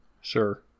sure